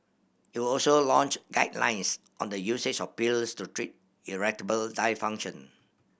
it will also launch guidelines on the usage of pills to treat erectile dysfunction